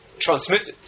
transmitted